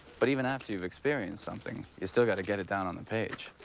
but even after you've experienced something, you still got to get it down on a page.